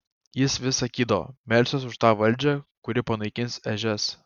jis vis sakydavo melsiuos už tą valdžią kuri panaikins ežias